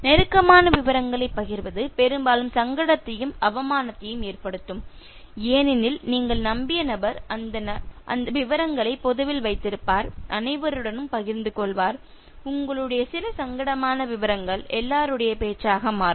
நெருக்கமான விவரங்களைப் பகிர்வது பெரும்பாலும் சங்கடத்தையும் அவமானத்தையும் ஏற்படுத்தும் ஏனெனில் நீங்கள் நம்பிய நபர் அந்த விவரங்களை பொதுவில் வைத்திருப்பார் அனைவருடனும் பகிர்ந்து கொள்வார் உங்களுடைய சில சங்கடமான விவரங்கள் எல்லோருடைய பேச்சாக மாறும்